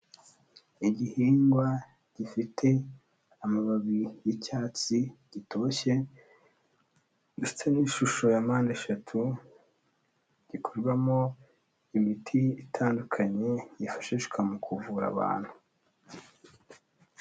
Igihingwa gifite amababi y'icyatsi gitoshye ndetse n'ishusho ya mpande eshatu, gikorwamo imiti itandukanye yifashishwa mu kuvura abantu.